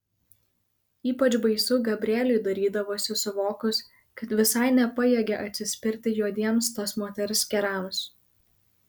ypač baisu gabrieliui darydavosi suvokus kad visai nepajėgia atsispirti juodiems tos moters kerams